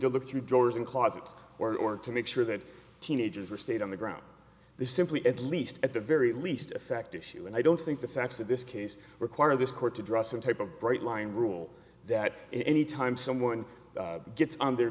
to look through drawers and closets or to make sure that teenagers were stayed on the ground they simply at least at the very least effective you and i don't think the facts of this case require this court to draw some type of bright line rule that anytime someone gets on their